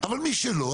אבל מי שלא,